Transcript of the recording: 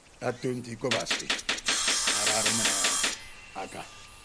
otu nte iko Abasi adade min e aka